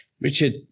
Richard